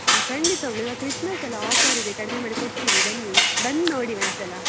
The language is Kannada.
ಆಂ ಖಂಡಿತವಾಗ್ಲು ಇವಾಗ ಕ್ರಿಸ್ಮಸ್ ಅಲ್ಲ ಆಫರ್ ಇದೆ ಕಡಿಮೆ ಮಾಡಿ ಕೊಡ್ತೀವಿ ಬನ್ನಿ ಬಂದು ನೋಡಿ ಒಂದು ಸಲ